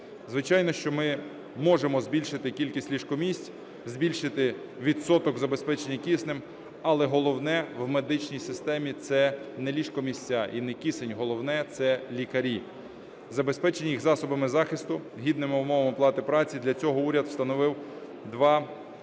Звичайно, що ми можемо збільшити кількість ліжко-місць, збільшити відсоток забезпечення киснем, але головне в медичній системі - це не ліжко-місця і не кисень, головне – це лікарі, забезпечення їх засобами захисту, гідними умовами оплати праці. Для цього уряд встановив 2 одночасні